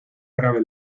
grave